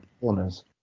corners